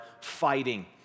fighting